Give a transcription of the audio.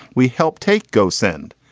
we help. take. go. send.